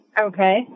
Okay